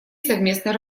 совместной